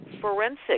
forensic